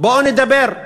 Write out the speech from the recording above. בואו נדבר,